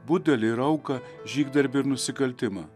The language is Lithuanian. budelį ir auką žygdarbį ir nusikaltimą